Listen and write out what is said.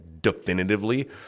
definitively